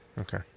Okay